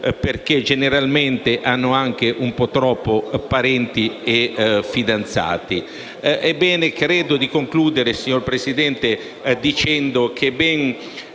perché generalmente hanno anche un po' troppi parenti e fidanzati. Concludo, signor Presidente, dicendo che ben